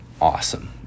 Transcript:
awesome